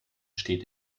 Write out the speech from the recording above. steht